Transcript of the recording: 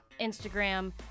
Instagram